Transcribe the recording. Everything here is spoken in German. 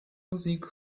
musik